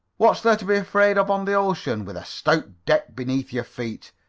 what's there to be afraid of on the ocean, with a stout deck beneath your feet?